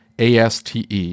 ASTE